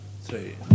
three